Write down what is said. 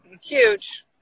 Huge